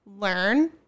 learn